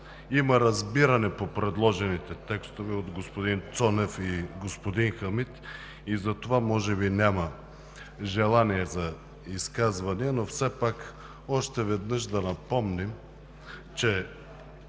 има разбиране по предложените текстове от господин Цонев и господин Хамид и затова може би няма желание за изказвания, но все пак още веднъж да напомним, че,